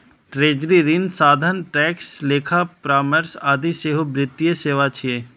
treasury, ऋण साधन, tax, लेखा परामर्श आदि सेहो वित्तीय सेवा छियै